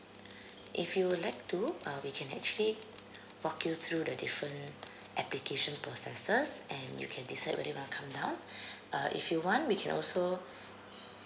if you would like to uh we can actually walk you through the different application processes and you can decide whether you want to come down uh if you want we can also mm